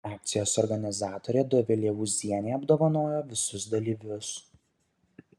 akcijos organizatorė dovilė ūzienė apdovanojo visus dalyvius